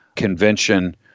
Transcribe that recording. convention